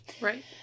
Right